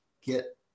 get